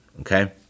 okay